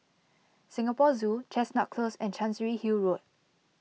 Singapore Zoo Chestnut Close and Chancery Hill Road